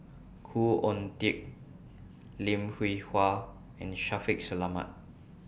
Khoo Oon Teik Lim Hwee Hua and Shaffiq Selamat